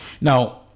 now